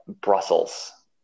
Brussels